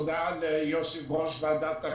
תודה ליושב-ראש ועדת הכספים.